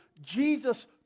Jesus